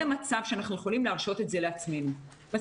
מיד כשאני אדע מה אני עושה אז --- מה פתאום,